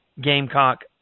Gamecock